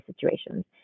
situations